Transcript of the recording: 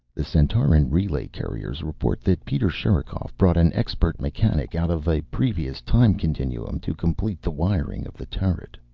the centauran relay couriers reported that peter sherikov brought an expert mechanic out of a previous time continuum to complete the wiring of the turret!